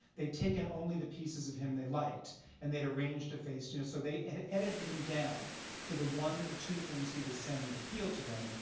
they'd taken only the pieces of him they liked and they'd arranged a face you know so they had edited him down to the one or two things he was saying that appealed to them,